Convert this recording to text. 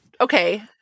Okay